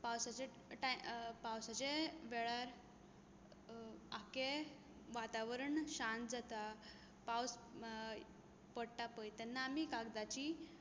पावसाच्या वेळार आख्खें वातावराण शांत जाता पावस पडटा पळय तेन्ना आमी कागदाचीं